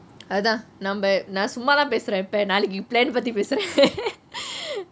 அதான் நம்ப நான் சும்மாதான் பேசுறேன் இப்ப நாளைக்கு:athaan nambe naa summa thaan pesuran ippe naaleiku plan பத்தி பேசுறேன்:patti pesuren